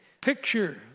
picture